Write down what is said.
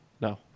No